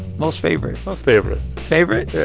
most favorite ah favorite favorite? yeah